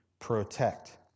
protect